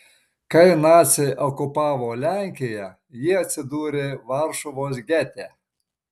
kai naciai okupavo lenkiją ji atsidūrė varšuvos gete